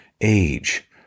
age